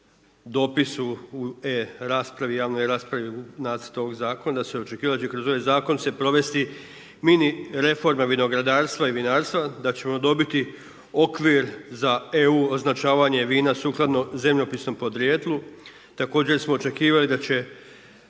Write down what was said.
u javnoj raspravi u nacrtu ovoga zakona da su očekivali da će kroz ovaj zakon se provesti mini reforma vinogradarstva i vinarstva, da ćemo dobiti okvir za EU označavanje vina sukladno zemljopisnom podrijetlu. Također smo očekivali da će